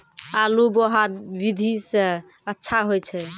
आलु बोहा विधि सै अच्छा होय छै?